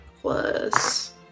plus